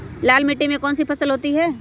लाल मिट्टी में कौन सी फसल होती हैं?